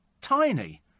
tiny